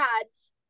ads